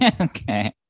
Okay